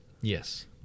Yes